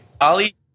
Ali